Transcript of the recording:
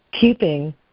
keeping